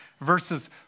verses